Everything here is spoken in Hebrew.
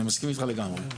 אני מסכים איתך לגמרי.